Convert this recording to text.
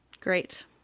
Great